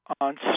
on